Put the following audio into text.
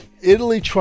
Italy